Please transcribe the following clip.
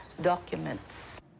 documents